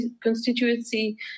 constituency